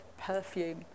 perfume